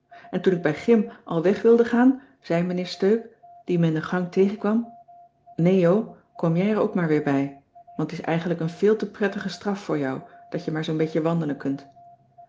en toen ik bij gym al weg wilde gaan zei mijnheer steup die me in de gang tegenkwam nee jo kom jij er ook maar weer bij want t is eigenlijk een veel te prettige straf voor jou dat jij maar zoo'n beetje wandelen kunt